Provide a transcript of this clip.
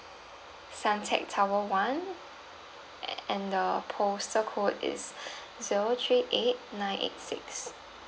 suntec tower one and and the postal code is zero three eight nine eight six